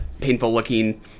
painful-looking